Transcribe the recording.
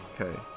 Okay